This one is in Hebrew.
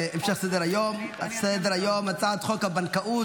על מסקנות ועדת החינוך,